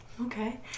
okay